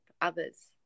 others